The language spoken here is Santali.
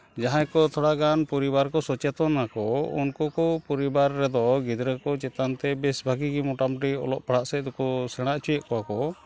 ᱡᱟᱦᱟᱸᱭ ᱠᱚ ᱛᱷᱚᱲᱟ ᱜᱟᱱ ᱯᱚᱨᱤᱵᱟᱨ ᱠᱚ ᱥᱚᱪᱮᱛᱚᱱᱟᱠᱚ ᱩᱱᱠᱩ ᱠᱚ ᱯᱚᱨᱤᱵᱟᱨ ᱨᱮᱫᱚ ᱜᱤᱫᱽᱨᱟᱹ ᱠᱚ ᱪᱮᱛᱟᱱᱛᱮ ᱵᱮᱥ ᱵᱷᱟᱜᱮ ᱢᱚᱴᱟᱢᱩᱴᱤ ᱚᱞᱚᱜ ᱯᱟᱲᱦᱟᱜ ᱥᱮᱫ ᱛᱮᱫᱚ ᱠᱚ ᱥᱮᱬᱟ ᱚᱪᱚᱭᱮᱫ ᱠᱚᱣᱟ ᱠᱚ